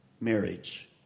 marriage